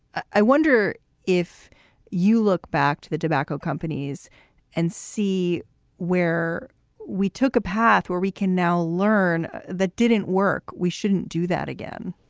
i wonder if you look back to the tobacco companies and see where we took a path where we can now learn that didn't work, we shouldn't do that again